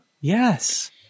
Yes